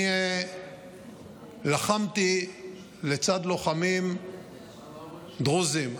אני לחמתי לצד לוחמים דרוזים.